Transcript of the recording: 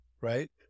Right